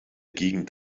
gegend